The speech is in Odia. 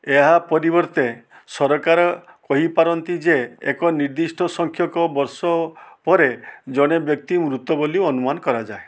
ଏହା ପରିବର୍ତ୍ତେ ସରକାର କହିପାରନ୍ତି ଯେ ଏକ ନିର୍ଦ୍ଦିଷ୍ଟ ସଂଖ୍ୟକ ବର୍ଷ ପରେ ଜଣେ ବ୍ୟକ୍ତି ମୃତ ବୋଲି ଅନୁମାନ କରାଯାଏ